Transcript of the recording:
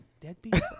Deadbeat